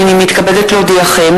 הנני מתכבדת להודיעכם,